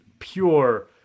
Pure